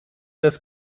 des